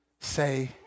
say